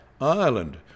Ireland